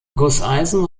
gusseisen